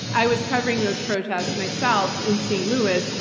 i was covering those protests myself in st. louis,